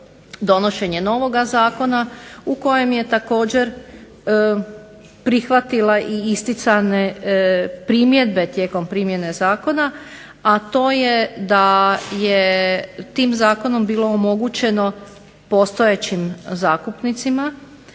donošenje novog Zakona u kojem je također prihvatila isticane primjedbe tijekom primjene Zakona, a to je da je tim zakonom bilo omogućeno postojećim zakupnicima